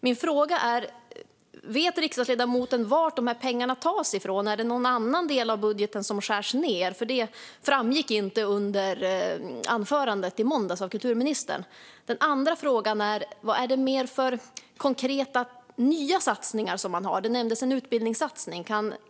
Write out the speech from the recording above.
Min första fråga är: Vet riksdagsledamoten varifrån dessa pengar tas - är det någon annan del av budgeten där man nu skär ned? Detta framgick inte av kulturministerns anförande i måndags. Min andra fråga är: Vad är det mer för konkreta nya satsningar man har? Det nämndes en utbildningssatsning.